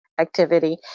Activity